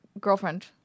girlfriend